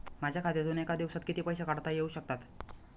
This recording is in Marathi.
माझ्या खात्यातून एका दिवसात किती पैसे काढता येऊ शकतात?